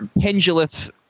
pendulous